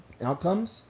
outcomes